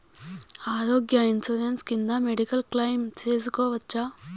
ఆరోగ్య ఇన్సూరెన్సు కింద medical claim సేసుకోవచ్చా?